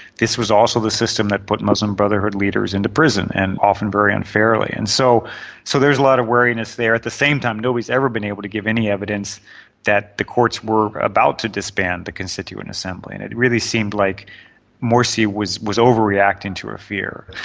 this was also the system that put muslim brotherhood leaders into prison and often very unfairly. and so so there is a lot of wariness there. at the same time, nobody has ever been able to give any evidence that the courts were about to disband the constituent assembly, and it really seemed like morsi was was overreacting to a fear.